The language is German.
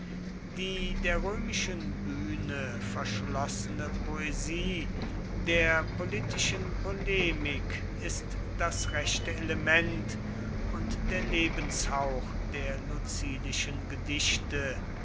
die der römischen bühne verschlossene poesie der politischen polemik ist das rechte element und der lebenshauch der lucilischen gedichte